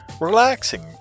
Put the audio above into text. relaxing